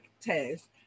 test